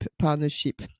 partnership